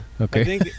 Okay